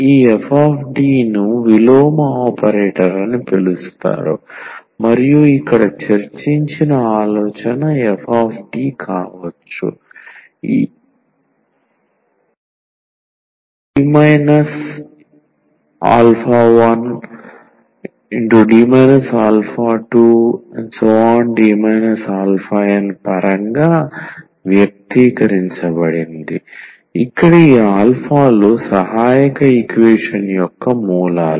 ఈ fD ను విలోమ ఆపరేటర్ అని పిలుస్తారు మరియు ఇక్కడ చర్చించిన ఆలోచన fD కావచ్చు ఈ D 1D 2⋯ పరంగా వ్యక్తీకరించబడింది ఇక్కడ ఈ ఆల్ఫాలు సహాయక ఈక్వేషన్ యొక్క మూలాలు